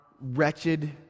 wretched